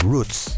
Roots